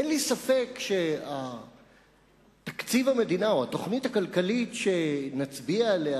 אין לי ספק שהתוכנית הכלכלית שנצביע עליה